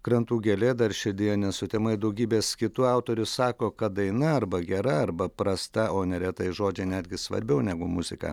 krantų gėlė dar širdyje ne sutema ir daugybės kitų autorius sako kad daina arba gera arba prasta o neretai žodžiai netgi svarbiau negu muzika